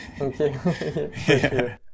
Okay